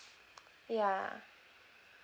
ya